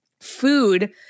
food